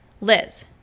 Liz